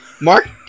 Mark